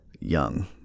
young